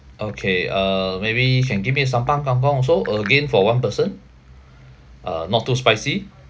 okay uh maybe you can give me a sambal kang kong also again for one person uh not too spicy